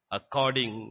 according